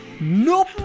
nope